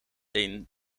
een